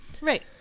Right